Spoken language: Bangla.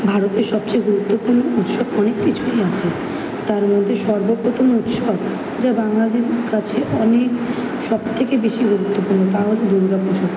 ভারতের সবচেয়ে গুরুত্বপূর্ণ উৎসব অনেক কিছুই আছে তার মধ্যে সর্বপ্রথম উৎসব যা বাঙালির কাছে অনেক সব থেকে বেশি গুরুত্বপূর্ণ তা হল দুর্গা পুজো